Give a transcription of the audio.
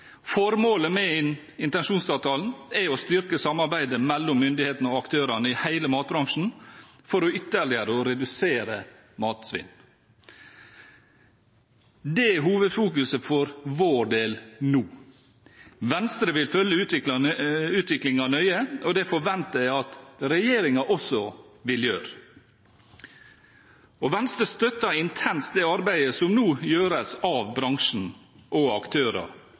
Formålet med intensjonsavtalen er å styrke samarbeidet mellom myndighetene og aktørene i hele matbransjen for ytterligere å redusere matsvinnet. Det er hovedfokuset for vår del nå. Venstre vil følge utviklingen nøye, og det forventer jeg at regjeringen også vil gjøre. Venstre støtter intenst det arbeidet som nå gjøres av aktørene i bransjen og